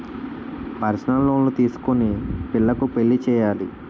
personal loan తీసుకొని పిల్లకు పెళ్లి చేయాలి